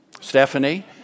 Stephanie